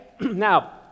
Now